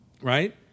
right